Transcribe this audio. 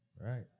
Right